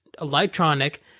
electronic